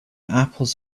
apples